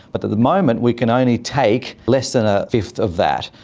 but the the moment we can only take less than a fifth of that,